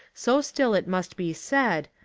so still it must be said,